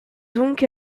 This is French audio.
donc